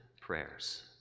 prayers